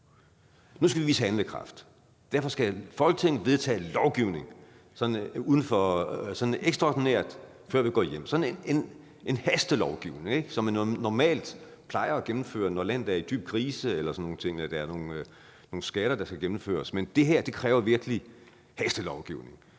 nu skal vi vise handlekraft. Og derfor skal Folketinget vedtage lovgivning sådan ekstraordinært, før vi går hjem. Det her kræver virkelig sådan en hastelovgivning, som man normalt plejer at gennemføre, når landet er i dyb krise, eller når der er nogle skatter, der skal gennemføres; sådan nogle ting.